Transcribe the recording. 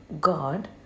God